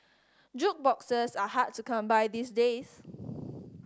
jukeboxes are hard to come by these days